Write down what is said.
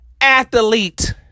athlete